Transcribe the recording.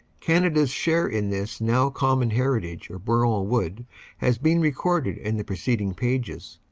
canada s share in this now common heritage of bourlon wood has been recorded in the preced ing pages.